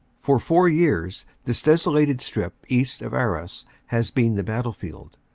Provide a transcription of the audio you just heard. for four years this desolated strip east of arras has been the battlefield.